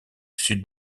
sud